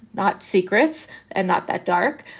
not secrets and not that dark,